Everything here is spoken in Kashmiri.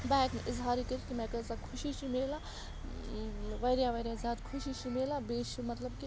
بہٕ ہیٚکہٕ نہٕ اظہارٕے کٔرِتھ کہِ مےٚ کۭژاہ خوشی چھِ میلان واریاہ واریاہ زیادٕ خوشی چھِ میلان بیٚیہِ چھُ مطلب کہِ